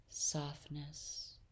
Softness